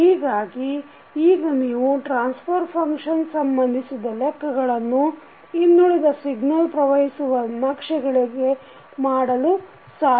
ಹೀಗಾಗಿ ಈಗ ನೀವು ಟ್ರಾನ್ಸ್ಫರ್ ಫಂಕ್ಷನ್ ಸಂಬಂಧಿಸಿದ ಲೆಕ್ಕಗಳನ್ನು ಇನ್ನುಳಿದ ಸಿಗ್ನಲ್ ಪ್ರವಹಿಸುವ ನಕ್ಷೆಗಳಿಗೆ ಮಾಡಲು ಸಾಧ್ಯ